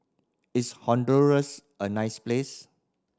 is Honduras a nice place